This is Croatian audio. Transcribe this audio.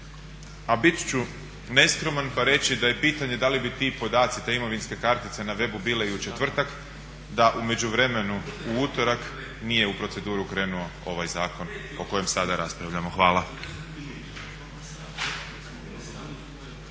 a bit ću neskroman pa reći da je pitanje da li bi ti podaci, te imovinske kartice na webu bile i u četvrtak da u međuvremenu u utorak nije u proceduru krenuo ovaj zakon o kojem sada raspravljamo. Hvala.